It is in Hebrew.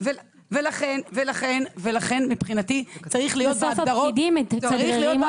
לכן מבחינתי צריך להיות בהגדרות --- (אומרת דברים בשפת הסימנים,